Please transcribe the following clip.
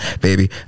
baby